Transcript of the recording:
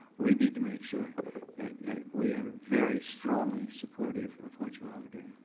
we need to make sure that we are very strongly supportive of what you all are doing.